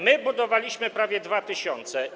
My budowaliśmy prawie 2 tys.